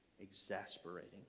exasperating